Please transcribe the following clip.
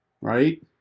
Right